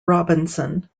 robinson